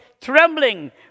trembling